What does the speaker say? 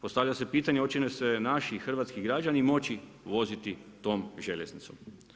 Postavlja se pitanje hoće li se naši hrvatski građani moći voziti tom željeznicom?